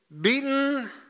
beaten